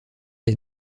est